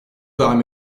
devam